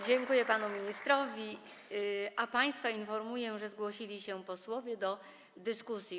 Dziękuję panu ministrowi, a państwa informuję, że zgłosili się posłowie do dyskusji.